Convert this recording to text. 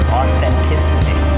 authenticity